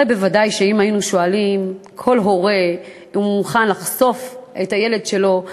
הרי בוודאי אם היינו שואלים כל הורה שם אם הוא מוכן לחשוף את הילד שלו,